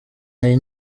hari